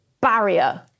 barrier